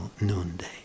noonday